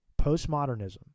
postmodernism